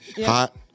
hot